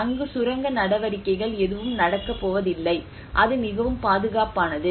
அங்கு சுரங்க நடவடிக்கைகள் எதுவும் நடக்கப்போவதில்லை அது மிகவும் பாதுகாப்பானது